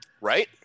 Right